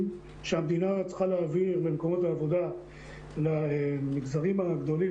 שהמדינה צריכה להעביר במקומות העבודה למגזרים הגדולים,